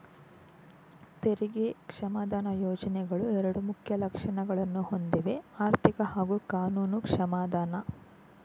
ತೆರಿಗೆ ಕ್ಷಮಾದಾನ ಯೋಜ್ನೆಗಳು ಎರಡು ಮುಖ್ಯ ಲಕ್ಷಣಗಳನ್ನ ಹೊಂದಿವೆಆರ್ಥಿಕ ಹಾಗೂ ಕಾನೂನು ಕ್ಷಮಾದಾನ